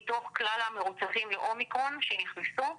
מתוך כלל המרוצפים לאומיקרון שנכנסו,